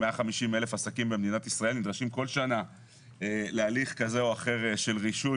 150 אלף עסקים במדינת ישראל נדרשים כל שנה להליך כזה או אחר של רישוי.